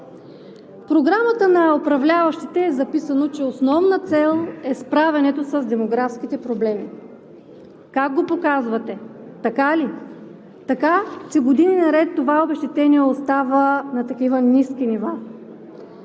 Програмата на управляващите е записано, че основна цел е справянето с демографските проблеми! Как го показвате, така ли?! Така че години наред това обезщетение остава на такива ниски нива!